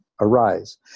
arise